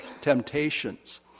temptations